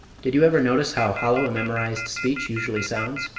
did you ever notice how hollow a memorized speech usually sounds?